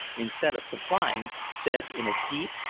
instead of complying, said, in a deep,